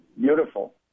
beautiful